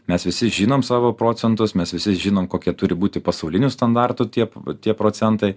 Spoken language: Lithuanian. mes visi žinom savo procentus mes visi žinom kokie turi būti pasaulinių standartų tie tie procentai